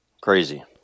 Crazy